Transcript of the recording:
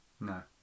No